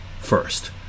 first